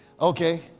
okay